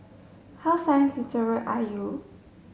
how science literate are you